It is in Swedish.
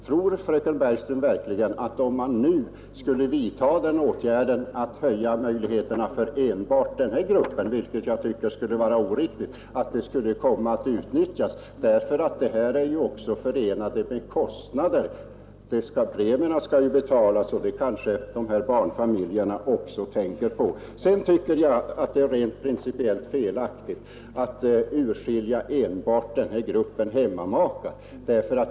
Tror fröken Bergström verkligen att den skulle komma att utnyttjas om man nu skulle ge enbart den här gruppen — vilket jag tycker skulle vara oriktigt — en höjning av beloppet? Detta blir ju också förenat med vissa kostnader. Premierna skall betalas, och det kanske barnfamiljerna också tänker på. Jag tycker också att det rent principiellt är felaktigt att här skilja ut enbart gruppen hemmamakar.